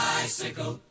Bicycle